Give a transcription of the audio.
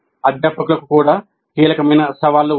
అధ్యాపకులకు కూడా కీలకమైన సవాళ్లు ఉన్నాయి